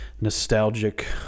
nostalgic